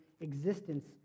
existence